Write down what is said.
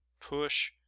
push